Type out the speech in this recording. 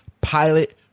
pilot